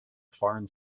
foreign